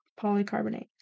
polycarbonate